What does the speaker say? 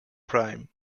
prime